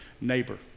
neighbor